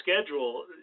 schedule